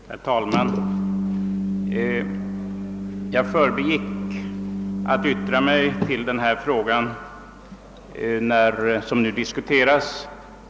Herr talman! Jag yttrade mig i mitt förra inlägg inte i den fråga som nu diskuteras.